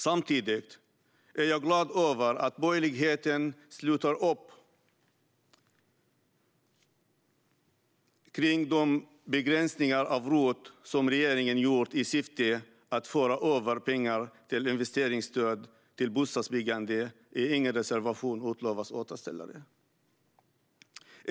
Samtidigt är jag glad över att borgerligheten sluter upp kring de begränsningar av ROT som regeringen gjort i syfte att föra över pengar till investeringsstöd till bostadsbyggande. Inte i någon reservation utlovas återställare.